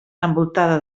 envoltada